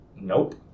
Nope